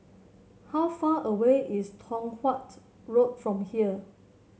how far away is Tong Watt Road from here